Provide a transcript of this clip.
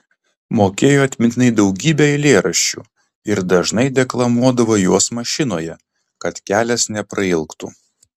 mokėjo atmintinai daugybę eilėraščių ir dažnai deklamuodavo juos mašinoje kad kelias neprailgtų